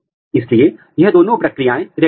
तब आपको एक आर एन ए प्रोब बनाना पड़ेगा